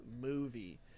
movie